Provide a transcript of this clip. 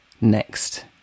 next